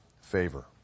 favor